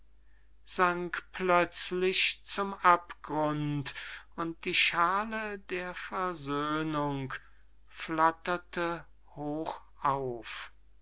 sank plötzlich zum abgrund und die schaale der versöhnung flatterte hoch auf